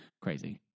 crazy